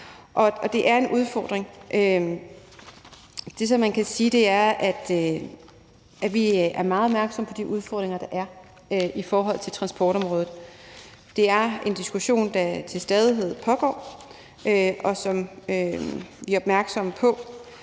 det er en udfordring. Det, som man kan sige, er, at vi er meget opmærksomme på de udfordringer, der er i forhold til transportområdet. Det er en diskussion, der til stadighed pågår, og som vi er opmærksomme på.